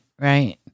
Right